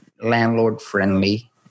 landlord-friendly